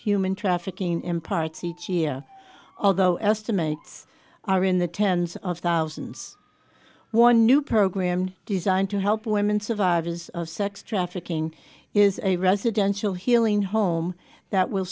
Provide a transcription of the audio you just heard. human trafficking in parts each year although estimates are in the tens of thousands or new programs designed to help women survivors of sex trafficking is a residential healing home that will